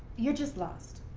you're just lost.